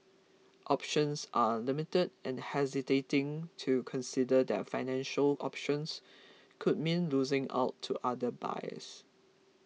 options are limited and hesitating to consider their financial options could mean losing out to other buyers